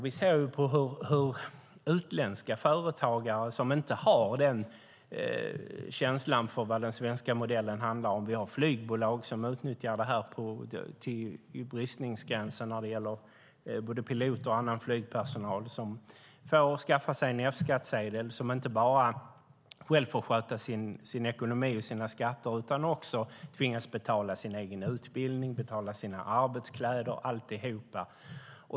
Vi ser hur utländska företagare, som inte har samma känsla som vi för vad den svenska modellen handlar om, gör. Vi har flygbolag som utnyttjar detta till bristningsgränsen när det gäller både piloter och annan flygpersonal. De får skaffa sig en F-skattsedel, och de får inte bara sköta sin ekonomi och sina skatter själva utan tvingas också betala sin egen utbildning, sina arbetskläder och alltihop.